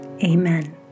Amen